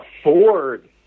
afford